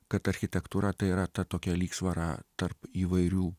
kad architektūra tai yra tokia lygsvara tarp įvairių